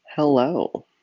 Hello